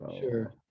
Sure